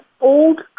old